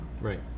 right